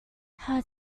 how